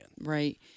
Right